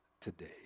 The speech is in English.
today